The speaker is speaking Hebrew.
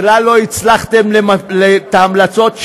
בכלל לא הצלחתם לבצע את ההמלצות שלה.